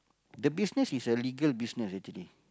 the business is a legal business actually